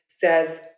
says